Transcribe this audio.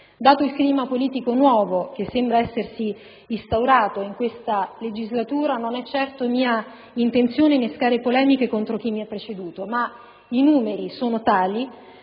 Dato il nuovo clima politico che sembra essersi instaurato in questa legislatura, non è certo mia intenzione innescare polemiche contro chi mi ha preceduto, ma i numeri sono tali